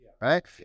Right